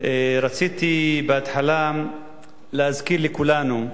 רציתי בהתחלה להזכיר לכולנו,